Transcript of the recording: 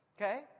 Okay